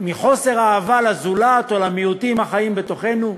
מחוסר אהבה לזולת או למיעוטים החיים בתוכנו?